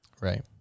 Right